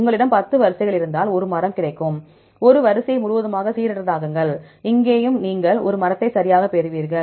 உங்களிடம் 10 வரிசைகள் இருந்ததால் ஒரு மரம் கிடைக்கும் ஒரு வரிசையை முழுவதுமாக சீரற்றதாக்குங்கள் அங்கேயும் நீங்கள் ஒரு மரத்தை சரியாகப் பெறுவீர்கள்